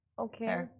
Okay